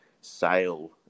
sale